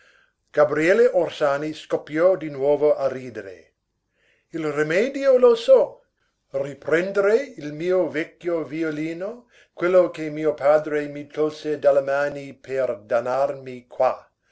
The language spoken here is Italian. gabriele orsani scoppiò di nuovo a ridere il rimedio lo so riprendere il mio vecchio violino quello che mio padre mi tolse dalle mani per dannarmi qua